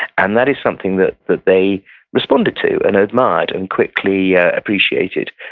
and that is something that that they responded to, and admired, and quickly ah appreciated,